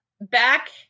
Back